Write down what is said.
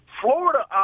Florida